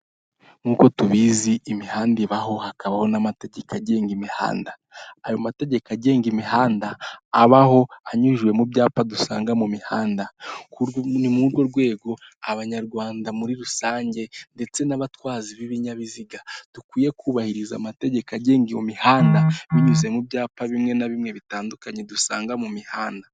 nk'uko tubizi imihanda ibaho hakabaho n'amategeko agenga imihanda ayo mategeko agenga imihanda abaho anyujijwe mu byapa dusanga mu mihanda, ni muri urwo rwego abanyarwanda muri rusange ndetse n'abatwazi b'ibinyabiziga dukwiye kubahiriza amategeko agenga mihanda binyuze mu byapa bimwe na bimwe bitandukanye dusanga mu mihanda.